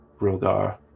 Rogar